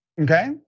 okay